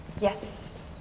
Yes